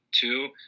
two